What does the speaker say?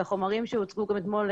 החומרים שהוצגו גם אתמול,